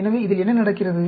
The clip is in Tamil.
எனவே இதில் என்ன நடக்கிறது